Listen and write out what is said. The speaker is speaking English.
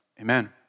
Amen